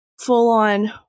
full-on